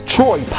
Troy